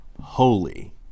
holy